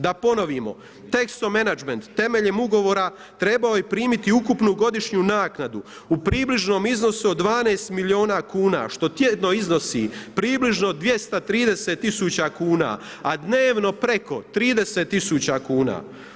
Da ponovimo, Texo management temeljem ugovora trebao je primiti ukupnu godišnju naknadu u približnom iznosu od 12 milijuna kuna što tjedno iznosi približno 230 000 kuna, a dnevno preko 30 000 kuna.